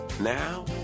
Now